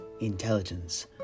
intelligence